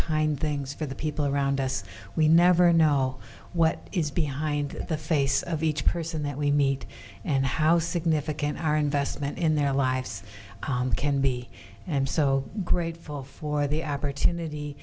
kind things for the people around us we never know what is behind the face of each person that we meet and how significant our investment in their lives can be and so grateful for the opportunity